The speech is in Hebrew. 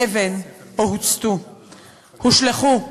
אבן, או הוצתו, הושלכו.